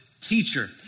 teacher